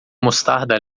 mostarda